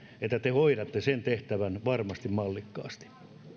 että te hoidatte sen tehtävän varmasti mallikkaasti